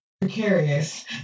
precarious